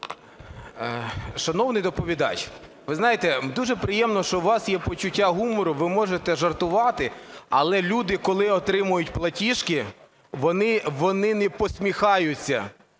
Шановний доповідач, ви знаєте, дуже приємно, що у вас є почуття гумору, ви можете жартувати, але люди, коли отримують платіжки, вони не посміхаються.